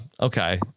Okay